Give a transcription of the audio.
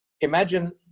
imagine